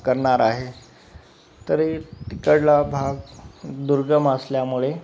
करणार आहे तरी तिकडला भाग दुर्गम असल्यामुळे